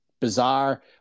bizarre